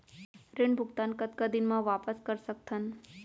ऋण भुगतान कतका दिन म वापस कर सकथन?